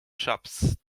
shops